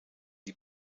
die